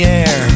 air